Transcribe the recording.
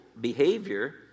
behavior